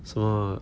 什么